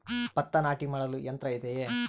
ಭತ್ತ ನಾಟಿ ಮಾಡಲು ಯಂತ್ರ ಇದೆಯೇ?